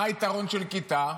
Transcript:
מה היתרון של כיתה?